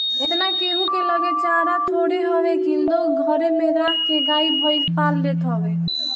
एतना केहू के लगे चारा थोड़े हवे की लोग घरे में राख के गाई भईस पाल लेत हवे